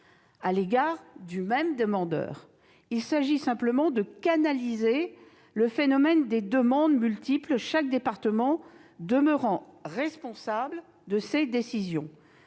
à l'égard du même demandeur. Il s'agit simplement de canaliser le phénomène des demandes multiples, chaque département demeurant responsable de ses décisions.